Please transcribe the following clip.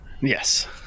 Yes